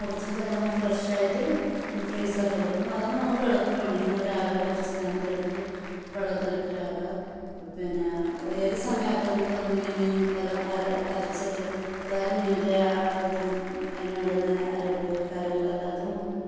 മുറിച്ചിട്ടെല്ലാം fresh ആയിട്ട് ഫ്രീസറിൽ വയ്ക്കും അതാകുമ്പോൾ നമുക്ക് എളുപ്പപ്പണിയാണ് രാവിലെ കുറച്ച് നേരത്തെ എടുത്തിട്ട് വെള്ളത്തിലിട്ടിട്ടൊക്കെ പിന്നെ അത് ഏത് സമയാക്കുതാനുഗോ മീൻ എല്ലാം അര അരച്ചത് ഏതായാലും മീൻ്റെ ആ ഇത് അതിനോട് തന്നെ അരപ്പ് കാര്യങ്ങളെല്ലാം അതും